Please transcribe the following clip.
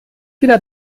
wieder